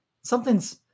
something's